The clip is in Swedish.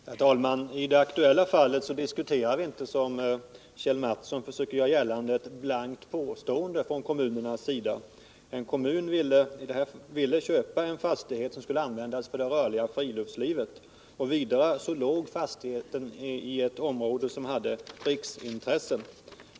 Herr talman! I det aktuella fallet diskuterar vi inte, som Kjell Mattsson försöker göra gällande, ett blankt påstående från en kommuns sida. En kommun ville köpa en fastighet som skulle användas för det rörliga friluftslivet. Vidare låg fastigheten i ett område som hade riksintresse.